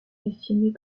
estimait